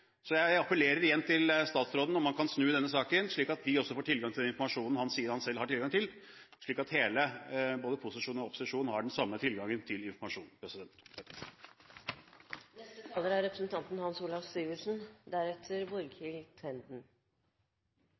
Så jeg appellerer igjen til statsråden om å snu i denne saken slik at vi også får tilgang til den informasjonen han sier at han har tilgang til, og slik at både posisjon og opposisjon har den samme tilgangen til informasjon.